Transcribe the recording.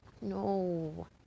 no